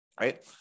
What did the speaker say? right